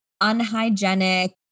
unhygienic